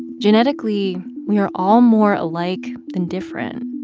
genetically, we are all more alike than different.